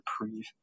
reprieve